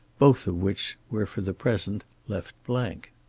both of which were for the present left blank.